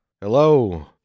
hello